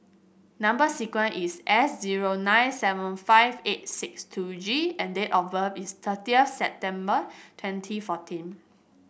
number sequence is S zero nine seven five eight sixt two G and date of birth is thirty September twenty fourteen